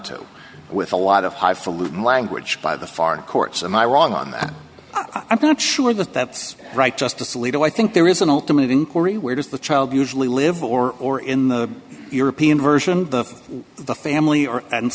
to with a lot of high falutin language by the far courts i'm i wrong on that i'm going to sure that that's right justice alito i think there is an ultimate inquiry where does the child usually live or or in the european version of the family or and